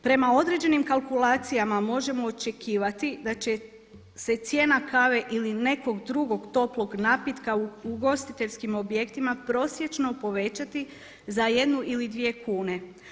Prema određenim kalkulacijama možemo očekivati da će se cijena kave ili nekog drugog toplog napitka u ugostiteljskim objektima prosječno povećati za jednu ili dvije kune.